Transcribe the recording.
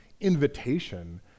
invitation